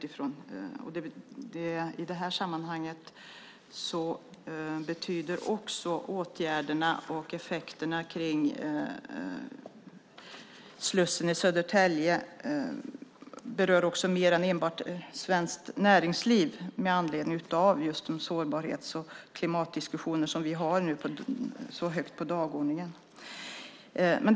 I det här sammanhanget berör åtgärderna och effekterna när det gäller slussen i Södertälje mer än enbart svenskt näringsliv med anledning av de sårbarhets och klimatdiskussioner som vi nu har så högt upp på dagordningen.